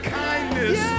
kindness